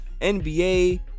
NBA